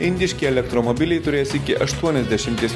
indiški elektromobiliai turės iki aštuoniasdešimties